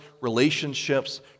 relationships